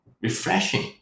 refreshing